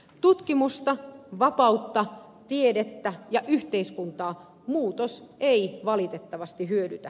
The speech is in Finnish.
tutkimusta vapautta tiedettä ja yhteiskuntaa muutos ei valitettavasti hyödytä